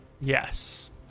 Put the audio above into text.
Yes